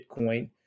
Bitcoin